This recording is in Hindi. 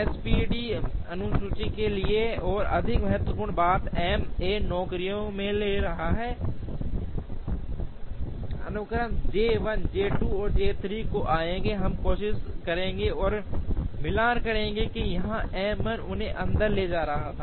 एसपीटी अनुसूची के लिए और अधिक महत्वपूर्ण बात एम 1 नौकरियों में ले रहा है अनुक्रम J 1 J 2 और J 3 तो आइए हम कोशिश करें और मिलान करें कि यहाँ M 1 उन्हें अंदर ले जा रहा था